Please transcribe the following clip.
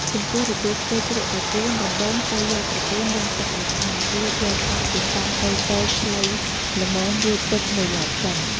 ចំពោះរបៀបធ្វើជ្រក់ត្រកួនដំបូងត្រូវយកត្រកួនលាងទឹកឱ្យស្អាតរួចយកកាត់ជាកង់តូចៗខ្លីល្មមរួចទុកមួយឡែកសិន។